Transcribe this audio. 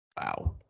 wow